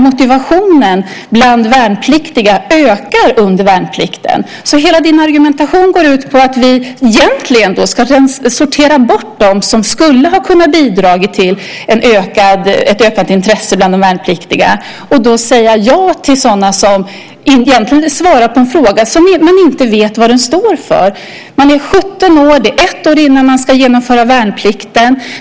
Motivationen bland värnpliktiga ökar under värnplikten. Hela din argumentation går ut på att vi egentligen ska sortera bort dem som skulle ha kunnat bidra till ett ökat intresse bland de värnpliktiga. Egentligen svarar man på en fråga som man egentligen inte vet vad den står för. Man är 17 år, och det är ett år innan man ska genomföra värnplikten.